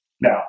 Now